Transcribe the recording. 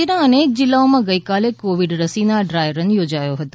રાજ્યના અનેક જિલ્લાઓમાં ગઇકાલે કોવિડ રસીનો ડ્રાય રન યોજાયો હતો